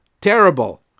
Terrible